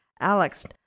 Alex